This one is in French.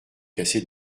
casser